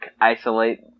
isolate